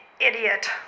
idiot